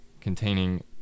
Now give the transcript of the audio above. containing